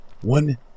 One